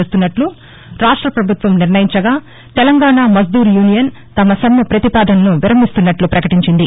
చేస్తున్నట్లు రాష్ట పభుత్వం నిర్ణయించగా తెలంగాణా మజ్దూర్ యూనియన్ తమ సమ్మె ప్రపతిపాదనను విరమిస్తున్నట్లు పకటించింది